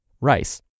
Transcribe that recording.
rice